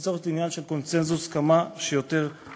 זה צריך להיות עניין של קונסנזוס כמה שיותר רחב.